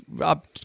up